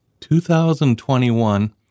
2021